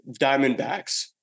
diamondbacks